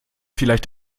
vielleicht